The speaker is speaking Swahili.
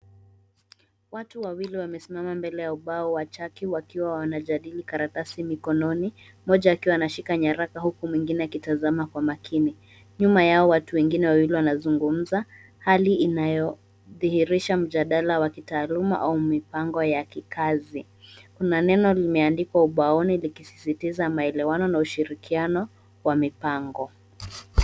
Watu wawili wamesimama mbele ya ubao wa chaki wakiwa wanajadili karatasi mikononi, mmoja akiwa anashika nyaraka huku mwingine akitazama kwa makini. Nyuma yao watu wengine wawili wanazungumza. Hali inayodhihirisha mjadala wa kitaaluma au mipango ya kikazi. Kuna neno limeandikwa ubaoni, likisisitiza maelewano na ushirikiano wa mipango.